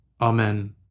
Amen